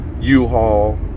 U-Haul